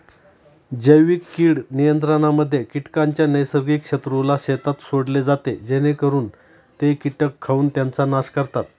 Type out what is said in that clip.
जैविक कीड नियंत्रणामध्ये कीटकांच्या नैसर्गिक शत्रूला शेतात सोडले जाते जेणेकरून ते कीटक खाऊन त्यांचा नाश करतात